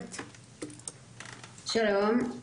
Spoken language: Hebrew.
שלום.